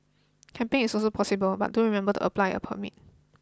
camping is also possible but do remember to apply a permit